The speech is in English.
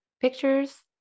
pictures